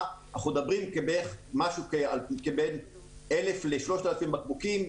אנחנו מדברים על משהו בין 1,000 ל-3,000 בקבוקים ביום,